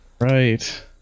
Right